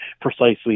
precisely